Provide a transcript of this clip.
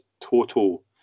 total